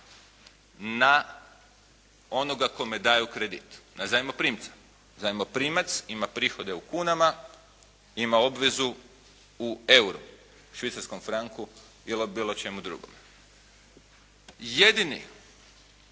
na onoga kome daju kredit, na zajmoprimca. Zajmoprimac ima prihode u kunama, ima obvezu u euru, švicarskom franku ili bilo čemu drugome. Jedini